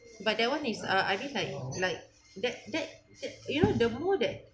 but that [one] is uh I mean like like that that that you know the more that